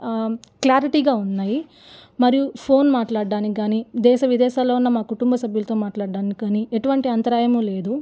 క్లారిటీగా ఉన్నాయి మరియు ఫోన్ మాట్లాడ్డానికి కాని దేశ విదేశాల్లో ఉన్న మా కుటుంబ సభ్యులతో మాట్లాడ్డానికి కాని ఎటువంటి అంతరాయం లేదు